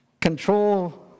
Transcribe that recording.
control